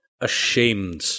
ashamed